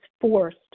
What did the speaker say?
forced